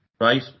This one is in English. right